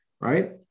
right